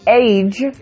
age